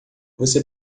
você